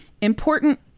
important